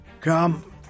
Come